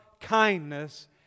kindness